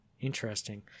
interesting